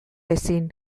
ezin